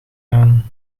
aan